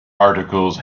articles